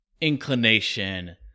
inclination